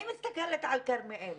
אני מסתכלת על כרמיאל.